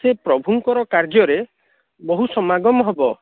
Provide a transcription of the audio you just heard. ସେ ପ୍ରଭୁଙ୍କର କାର୍ଯ୍ୟରେ ବହୁ ସମାଗମ ହେବ